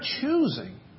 choosing